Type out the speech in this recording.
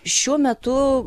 šiuo metu